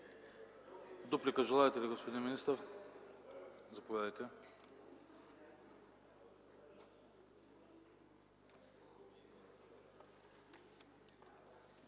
Дуплика желаете ли, господин Миков? Заповядайте.